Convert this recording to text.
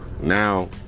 now